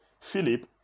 Philip